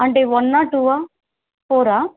అంటే వన్నా టూ ఫోరా